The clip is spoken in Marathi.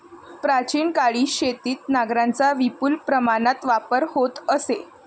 प्राचीन काळी शेतीत नांगरांचा विपुल प्रमाणात वापर होत असे